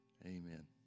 amen